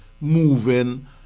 moving